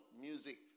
Music